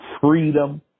freedom